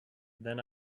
then